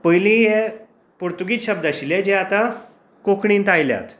पयलीं हे पुर्तुगीज शब्द आशिल्ले जे आतां कोंकणींत आयल्यात